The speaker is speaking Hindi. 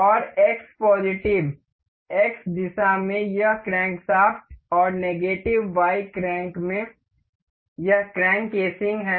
और एक्स पॉजिटिव एक्स दिशा में यह क्रैंकशाफ्ट और नेगेटिव Y क्रैंक में यह क्रैंक केसिंग है